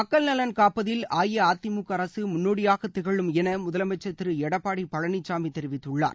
மக்கள் நலன் காப்பதில் அஇஅதிமுக அரசு முன்னோடியாகத் திகழும் என முதலமைச்சர் திரு எடப்பாடி பழனிசாமி தெரிவித்துள்ளார்